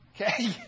okay